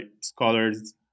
scholars